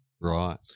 Right